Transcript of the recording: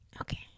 Okay